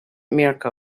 mirco